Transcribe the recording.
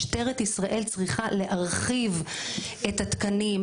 משטרת ישראל צריכה להרחיב את התקנים,